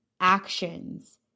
actions